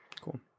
Cool